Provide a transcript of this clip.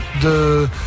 de